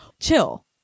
chill